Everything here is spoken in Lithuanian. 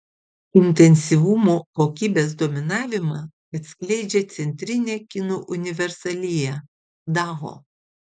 intensyvumo kokybės dominavimą atskleidžia centrinė kinų universalija dao